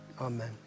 amen